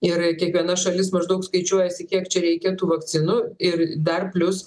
ir kiekviena šalis maždaug skaičiuojasi kiek čia reikia tų vakcinų ir dar plius